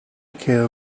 quedó